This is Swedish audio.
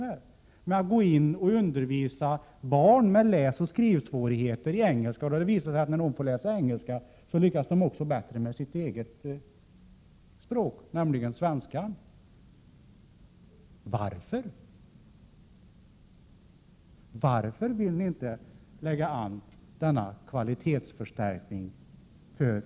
Där har dessa lärare givit barn med läsoch skrivsvårigheter undervisning i engelska, vilket lett till att de lyckats bättre med sitt eget språk, svenska. Varför vill ni inte ge tidigarelärarna denna kvalitetsförstärkning?